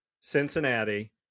Cincinnati